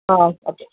okay